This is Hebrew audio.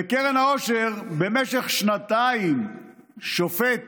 וקרן העושר, במשך שנתיים שופט